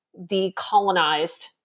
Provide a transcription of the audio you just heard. decolonized